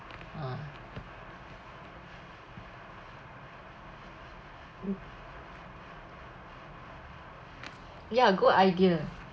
ah ya a good idea